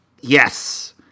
Yes